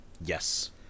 Yes